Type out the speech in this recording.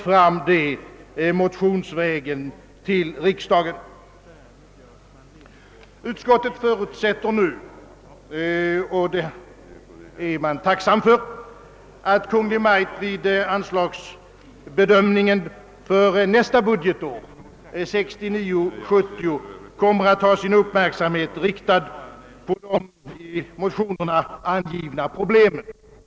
Utskottet förutsätter nu — och det är man tacksam för — att Kungl. Maj:t vid anslagsbedömningen för nästa budgetår, 1969/70, kommer att ha sin uppmärksamhet riktad på de i motionerna angivna problemen.